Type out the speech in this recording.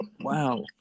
wow